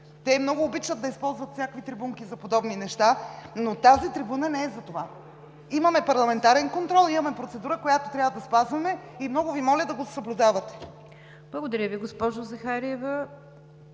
Те много обичат да използват всякакви трибунки за подобни неща, но тази трибуна не е за това. Имаме парламентарен контрол, имаме процедура, която трябва да спазваме, и, много Ви моля, да го съблюдавате. ПРЕДСЕДАТЕЛ НИГЯР ДЖАФЕР: Благодаря Ви, госпожо Захариева.